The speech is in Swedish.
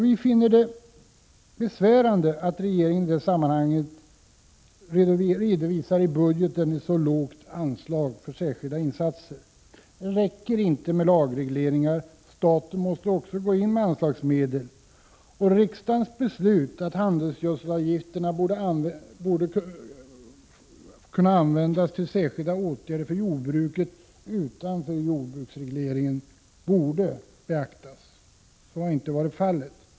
Vi finner det besvärande att regeringen i budgeten föreslår ett så lågt anslag för särskilda insatser i det sammanhanget. Det räcker inte med lagregleringar — staten måste också gå in med anslagsmedel. Riksdagens beslut att handels 'gödselavgifterna borde kunna användas till särskilda åtgärder för jordbruket utanför jordbruksregleringen borde beaktas. Så har inte varit fallet.